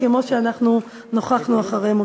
כמו שאנחנו נוכחנו אחרי מותו.